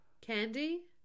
Candy